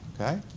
okay